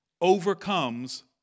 overcomes